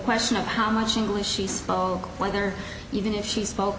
question of how much english she spoke whether even if she spoke